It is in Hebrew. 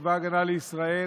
צבא ההגנה לישראל,